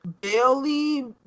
Bailey